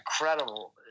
incredible